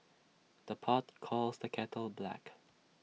the pot calls the kettle black